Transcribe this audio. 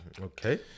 Okay